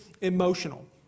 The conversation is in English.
emotional